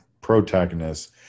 protagonist